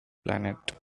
planet